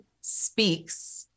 speaks